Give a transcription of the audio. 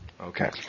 Okay